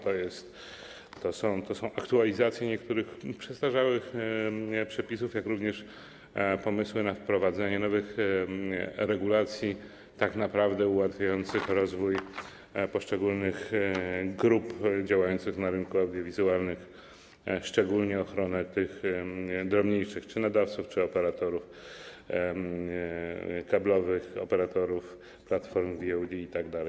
To są aktualizacje niektórych przestarzałych przepisów, jak również pomysły na wprowadzenie nowych regulacji, tak naprawdę ułatwiających rozwój poszczególnych grup działających na rynku audiowizualnym, szczególnie ochronę tych drobniejszych czy nadawców, czy operatorów kablowych, operatorów platform VOD itd.